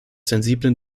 sensiblen